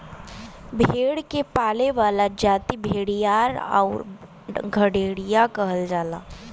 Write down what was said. भेड़ के पाले वाला जाति भेड़ीहार आउर गड़ेरिया कहल जाला